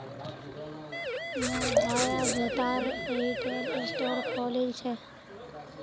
मोर भाया जूतार रिटेल स्टोर खोलील छ